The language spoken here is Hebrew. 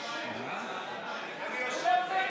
אני אגיע גם לזה.